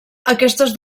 aquestes